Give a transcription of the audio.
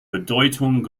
bedeutung